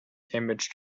image